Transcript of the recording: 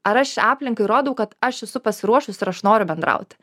ar aš aplinkai rodau kad aš esu pasiruošus ir aš noriu bendrauti